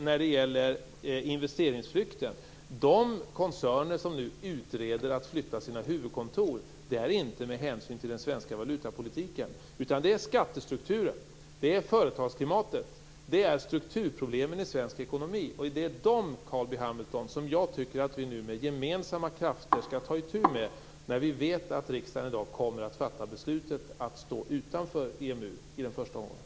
När det gäller investeringsflykten vill jag säga att de koncerner som nu utreder att flytta sina huvudkontor inte gör detta på grund av den svenska valutapolitiken utan på grund av skattestrukturen, företagsklimatet och strukturproblemen i svensk ekonomi, Carl B Hamilton! Jag tycker att det är detta som vi nu med gemensamma krafter skall ta itu med. Vi vet att riksdagen i dag kommer att fatta beslut om att i den första omgången stå utanför EMU.